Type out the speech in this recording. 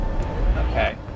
Okay